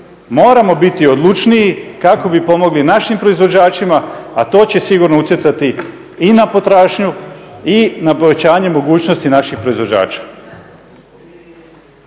Moramo biti odlučniji kako bi pomogli našim proizvođačima a to će sigurno utjecati i na potražnju i na povećanje mogućnosti naših proizvođača.